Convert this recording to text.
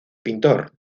pintor